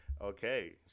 Okay